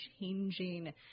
changing